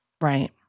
Right